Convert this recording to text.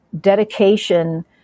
dedication